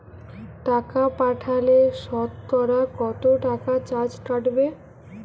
টাকা পাঠালে সতকরা কত টাকা চার্জ কাটবে?